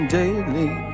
daily